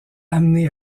amené